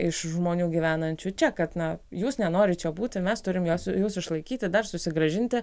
iš žmonių gyvenančių čia kad na jūs nenorit būti mes turime juos jus išlaikyti dar susigrąžinti